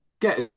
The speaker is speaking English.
get